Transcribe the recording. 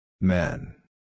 Men